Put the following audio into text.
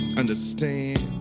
understand